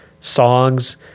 songs